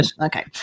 Okay